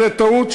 זו טעות.